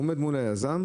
הוא עומד מול יזם,